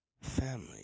Family